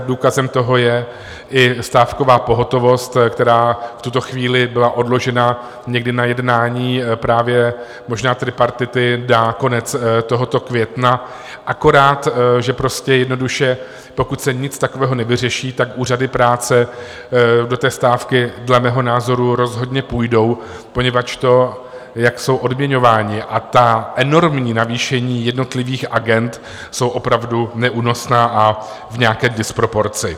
Důkazem toho je i stávková pohotovost, která v tuto chvíli byla odložena někdy na jednání možná právě tripartity na konec tohoto května, akorát že prostě a jednoduše, pokud se nic takového nevyřeší, úřady práce do té stávky dle mého názoru rozhodně půjdou, poněvadž to, jak jsou odměňovány, a ta enormní navýšení jednotlivých agend jsou opravdu neúnosná a v nějaké disproporci.